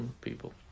people